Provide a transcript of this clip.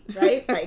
right